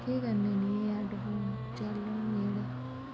केह् करने नेह् हैडफोन चलन नी जेह्ड़े